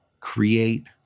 create